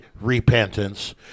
repentance